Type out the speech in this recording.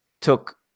took